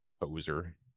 poser